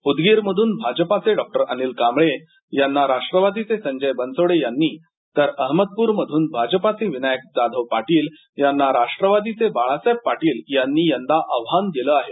उदगीरमधून भाजपाचे डॉ अनिल कांबळे यांना राष्ट्रवादीचे संजय बनसोडे यांनीतर अहमदप्रमधून भाजपाचे विनायकजाधवपाटील यांना राष्ट्रवादीचे बाळासाहेब पाटील यांनी यंदा आव्हान दिलं आहे